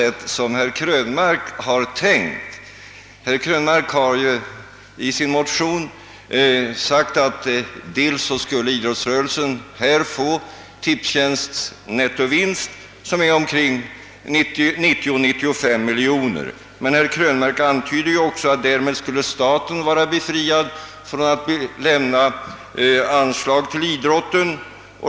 Herr Krönmark har i sin motion framhållit att idrottsrörelsen, om motionens förslag genomföres, skulle få AB Tipstjänsts nettovinst som är 90—95 miljoner kronor. Herr Krönmark antyder emellertid också att staten därmed skulle vara befriad från att lämna anslag till idrotten.